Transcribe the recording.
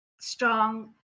strong